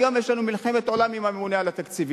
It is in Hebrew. היום יש לנו מלחמת עולם עם הממונה על התקציבים,